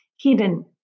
hidden